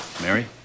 Mary